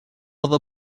other